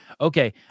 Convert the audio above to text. Okay